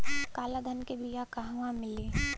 काला धान क बिया कहवा मिली?